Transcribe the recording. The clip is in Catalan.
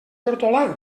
hortolà